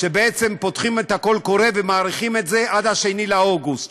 שבעצם פותחים את הקול-קורא ומאריכים את זה עד 2 באוגוסט.